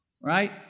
Right